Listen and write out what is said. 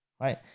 right